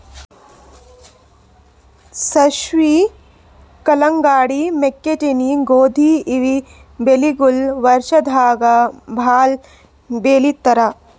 ಸಾಸ್ವಿ, ಕಲ್ಲಂಗಡಿ, ಮೆಕ್ಕಿತೆನಿ, ಗೋಧಿ ಇವ್ ಬೆಳಿಗೊಳ್ ವರ್ಷದಾಗ್ ಭಾಳ್ ಬೆಳಿತಾರ್